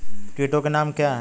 कीटों के नाम क्या हैं?